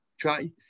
Try